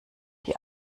die